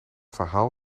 verhaal